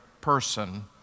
person